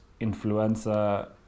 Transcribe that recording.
influencer